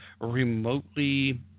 remotely